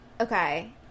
okay